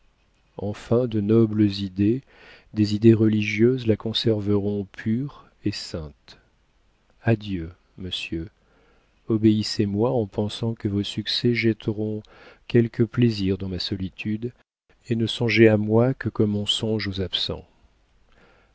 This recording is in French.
enfin de nobles idées des idées religieuses la conserveront pure et sainte adieu monsieur obéissez-moi en pensant que vos succès jetteront quelque plaisir dans ma solitude et ne songez à moi que comme on songe aux absents